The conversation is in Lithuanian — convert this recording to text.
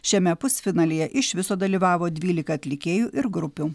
šiame pusfinalyje iš viso dalyvavo dvylika atlikėjų ir grupių